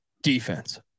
Defense